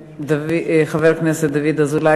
חבר הכנסת דוד אזולאי,